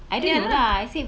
I didn't know lah I said